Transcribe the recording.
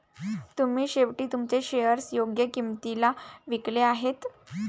तुम्ही शेवटी तुमचे शेअर्स योग्य किंमतीला विकले आहेत